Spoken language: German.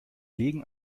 legen